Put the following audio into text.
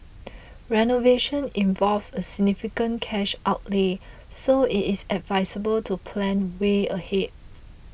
renovation involves a significant cash outlay so it is advisable to plan way ahead